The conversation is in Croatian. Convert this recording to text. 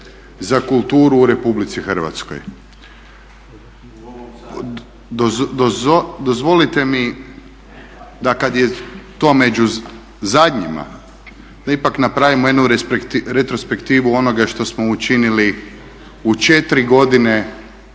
za kulturu u Republici Hrvatskoj. Dozvolite mi da kada je to među zadnjima da ipak napravimo jednu retrospektivu onoga što smo učinili u 4 godine